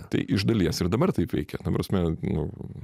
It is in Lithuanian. tai iš dalies ir dabar taip veikia ta prasme nu